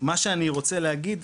מה שאני רוצה להגיד,